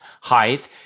height